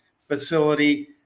facility